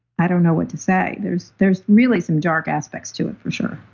i don't know what to say. there's there's really some dark aspects to it for sure,